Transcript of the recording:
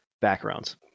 backgrounds